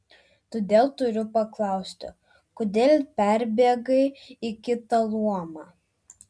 todėl turiu paklausti kodėl perbėgai į kitą luomą